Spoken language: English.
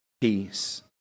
peace